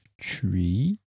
tree